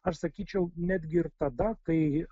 aš sakyčiau netgi ir tada kai